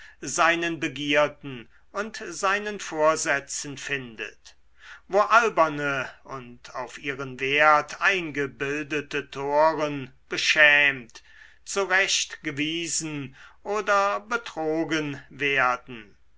seinen begierden und seinen vorsätzen findet wo alberne und auf ihren wert eingebildete toren beschämt zurechtgewiesen oder betrogen werden